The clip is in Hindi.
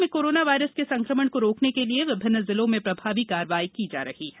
प्रदेश में कोरोना वायरस के संक्रमण को रोकने के लिये विभिन्न जिलों में प्रभावी कार्यवाही की जा रही है